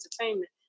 entertainment